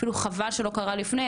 אפילו חבל שלא קרה לפני,